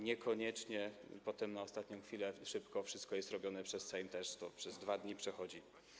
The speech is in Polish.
Niekoniecznie potem na ostatnią chwilę, szybko wszystko jest robione, przez Sejm też to przez 2 dni przechodzi.